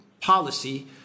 policy